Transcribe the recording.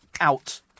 Out